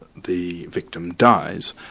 the victim dies,